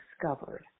discovered